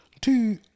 two